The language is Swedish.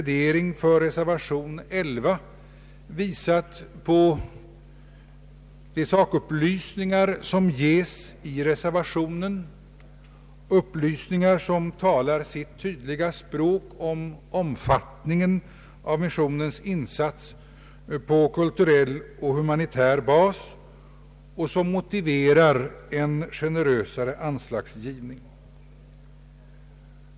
de sakupplysningar som ges i reservationen — upplysningar som talar sitt tydliga språk om omfattningen av missionens insats på kulturell och humanitär bas och som motiverar en generösare anslagsgivning.